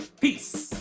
Peace